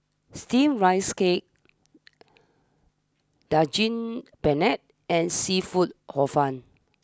Steamed Rice Cake Daging Penyet and Seafood Hor fun